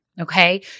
Okay